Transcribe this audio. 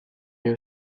mais